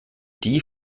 die